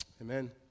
Amen